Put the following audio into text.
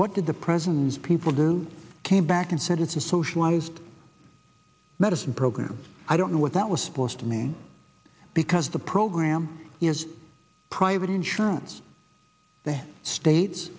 what did the president's people do came back and said it's a socialized medicine program i don't know what that was supposed to mean because the program is private insurance the states